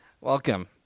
Welcome